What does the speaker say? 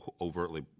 overtly